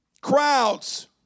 Crowds